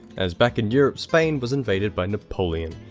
as back in europe spain was invaded by napoleon,